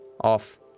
off